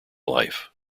life